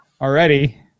already